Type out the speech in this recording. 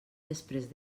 després